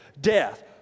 death